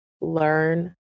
learn